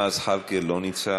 ג'מאל זחאלקה, לא נמצא,